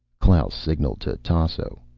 klaus signalled to tasso.